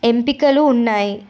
ఎంపికలు ఉన్నాయి